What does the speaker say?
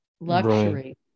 luxury